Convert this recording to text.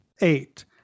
eight